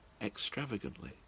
extravagantly